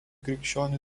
krikščionių